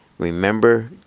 Remember